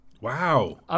Wow